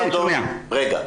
רגע.